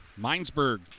Minesburg